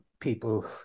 people